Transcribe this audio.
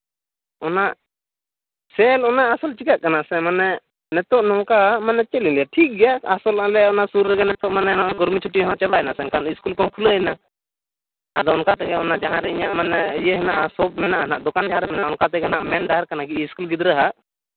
ᱚᱱᱟ ᱥᱮᱹᱞ ᱚᱱᱟ ᱟᱥᱚᱞ ᱪᱤᱠᱟᱹᱜ ᱠᱟᱱᱟ ᱥᱮ ᱢᱟᱱᱮ ᱱᱤᱛᱳᱜ ᱱᱚᱝᱠᱟ ᱢᱟᱱᱮ ᱪᱮᱫ ᱞᱤᱧ ᱞᱟᱹᱭᱟ ᱴᱷᱤᱠᱜᱮᱭᱟ ᱟᱥᱚᱞ ᱟᱞᱮ ᱚᱱᱟ ᱥᱩᱨ ᱨᱮᱜᱮ ᱢᱟᱱᱮ ᱱᱤᱛᱳᱜ ᱚᱱᱟ ᱜᱩᱨᱢᱤ ᱪᱷᱩᱴᱤ ᱦᱚ ᱪᱟᱵᱟᱭᱱᱟ ᱥᱮ ᱮᱱᱠᱷᱟᱱ ᱤᱥᱠᱩᱞ ᱠᱚᱦᱚᱸ ᱠᱷᱩᱞᱟᱹᱭᱱᱟ ᱟᱫᱚ ᱚᱱᱠᱟ ᱛᱮᱜᱮ ᱚᱱᱟ ᱡᱟᱦᱟᱸᱞᱤᱧ ᱧᱟᱢᱟ ᱤᱭᱟᱹ ᱥᱚᱯ ᱢᱮᱱᱟᱜᱼᱟ ᱱᱟᱜ ᱥᱚᱯ ᱢᱮᱱᱟᱜᱼᱟ ᱱᱟᱜ ᱫᱚᱠᱟᱱ ᱡᱟᱦᱟᱸᱨᱮ ᱢᱮᱱᱟᱜᱼᱟ ᱚᱱᱠᱟ ᱛᱮᱜᱮ ᱱᱟᱜ ᱢᱮᱱ ᱰᱟᱦᱟᱨ ᱠᱟᱱᱟ ᱤᱥᱠᱩᱞ ᱜᱤᱫᱽᱨᱟᱹ ᱦᱟᱜ